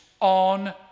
on